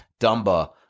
Dumba